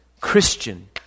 Christian